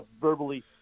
verbally